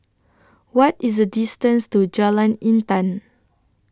What IS The distance to Jalan Intan